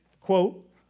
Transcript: quote